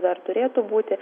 dar turėtų būti